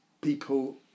people